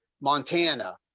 Montana